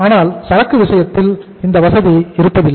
ஆனால் சரக்கு விஷயத்தில் இந்த வசதி இருப்பதில்லை